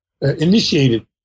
initiated